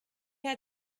had